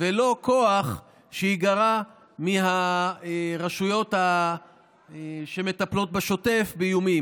ולא כוח שייגרע מהרשויות שמטפלות בשוטף באיומים.